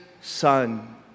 son